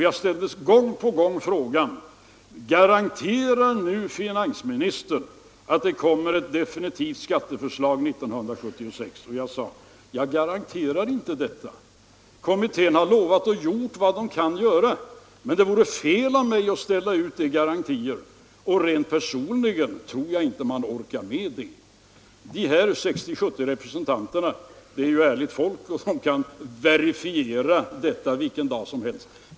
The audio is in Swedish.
Jag ställdes gång på gång inför frågan: Garanterar nu finansministern att det kommer ett definitivt skatteförslag år 1976? Jag svarade då: Jag garanterar inte detta. Kommittén har lovat göra vad den kan, men det vore fel av mig att ställa ut några sådana garantier och rent personligt tror jag inte att man orkar med det. De 60-70 deltagarna på presskonferensen är ärligt folk, som när som helst kan verifiera detta.